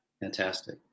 fantastic